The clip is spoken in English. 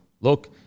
look